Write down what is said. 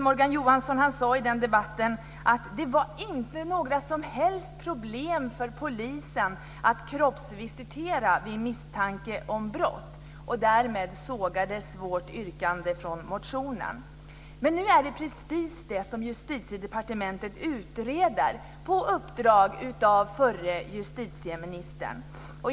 Morgan Johansson sade i den debatten att det inte var några som helst problem för polisen att kroppsvisitera vid misstanke om brott. Därmed sågades vårt yrkande i motionen. Men nu är det precis detta som Justitiedepartementet utreder på uppdrag av förra justitieministern.